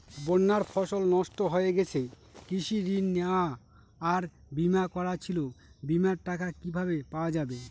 বন্যায় ফসল নষ্ট হয়ে গেছে কৃষি ঋণ নেওয়া আর বিমা করা ছিল বিমার টাকা কিভাবে পাওয়া যাবে?